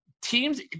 Teams –